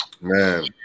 man